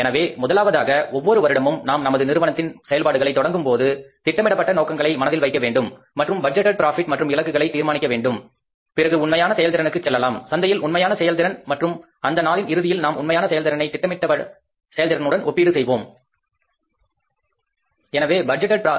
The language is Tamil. எனவே முதலாவதாக ஒவ்வொரு வருடமும் நாம் நமது நிறுவனத்தின் செயல்பாடுகளை தொடங்கும் பொழுது திட்டமிடப்பட்ட நோக்கங்களை மனதில் வைக்க வேண்டும் மற்றும் பட்ஜெட்டேட் ப்ராபிட் மற்றும் இலக்குகளை தீர்மானிக்க வேண்டும் பிறகு உண்மையான செயல்திறனுக்கு செல்லலாம் சந்தையில் உண்மையான செயல்திறன் மற்றும் அந்த நாளின் இறுதியில் நாம் உண்மையான செயல்திறனை திட்டமிடப்பட்ட செயல் திறனுடன் ஒப்பிடுவோம் சரியா